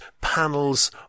panels